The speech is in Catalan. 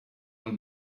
del